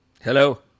Hello